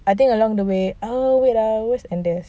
ada along the way oh wait ah there's andes